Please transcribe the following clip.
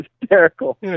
hysterical